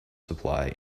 supply